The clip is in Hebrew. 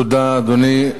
תודה, אדוני.